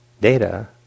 data